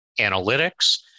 analytics